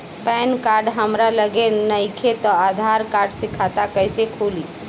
Pan card हमरा लगे नईखे त आधार कार्ड से खाता कैसे खुली?